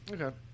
okay